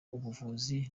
ubuvuzi